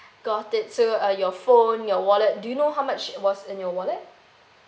got it so uh your phone your wallet do you know how much was in your wallet